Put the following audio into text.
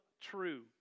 true